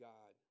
God